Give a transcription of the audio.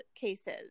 cases